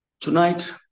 Tonight